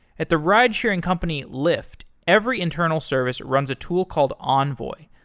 at the ridesharing company, lyft, every internal service runs a tool called envoy.